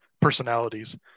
personalities